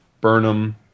Burnham